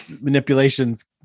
manipulations